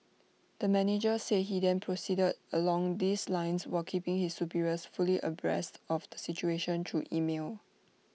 the manager said he then proceeded along these lines while keeping his superiors fully abreast of the situation through email